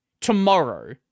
tomorrow